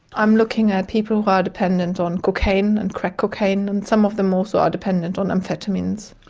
i am looking at people who are dependent on cocaine and crack cocaine and some of them also are dependent on amphetamines.